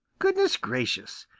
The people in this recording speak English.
goodness gracious,